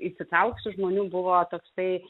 įsitraukusių žmonių buvo toksai